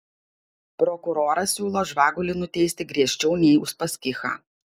prokuroras siūlo žvagulį nuteisti griežčiau nei uspaskichą